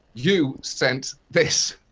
you, sent this.